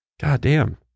goddamn